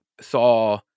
saw